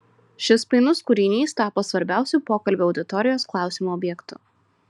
šis painus kūrinys tapo svarbiausiu pokalbio auditorijos klausimų objektu